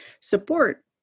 support